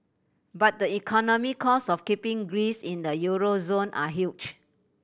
but the economic costs of keeping Greece in the euro zone are huge